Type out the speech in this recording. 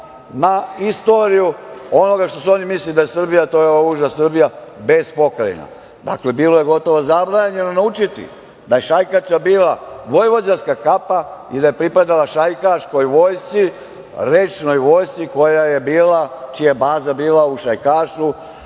na istoriju onoga što su oni mislili da je Srbija, a to je uža Srbija bez pokrajina. Dakle, bilo je gotovo zabranjeno naučiti da je šajkača bila vojvođanska kapa i da je pripadala šajkačkoj vojsci, rečnoj vojsci čija je baza bila u Šajkašu